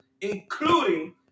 including